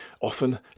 often